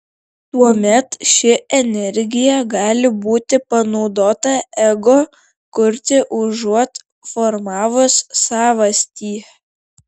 tuomet ši energija gali būti panaudota ego kurti užuot formavus savastį